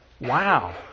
Wow